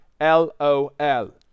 L-O-L